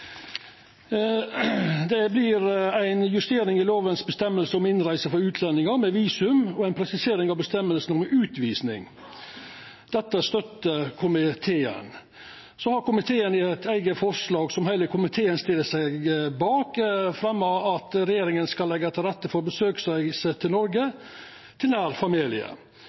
Det vert ei justering i lovas føresegner om innreise for utlendingar med visum og ei presisering av føresegnene om utvisning. Dette støttar komiteen. Så har komiteen i eit eige forslag, som heile komiteen stiller seg bak, om at regjeringa skal leggja til rette for besøksreiser til Noreg til nær familie.